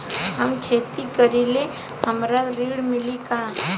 हम खेती करीले हमरा ऋण मिली का?